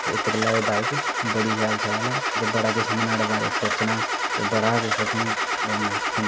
ते इत्त गल्ला एह् बाईक बड़ी शैल शैल ऐ ते बड़ा किश में न्हाड़े बारै च सोचना ते बड़ा किश असेंगी थ्होंदा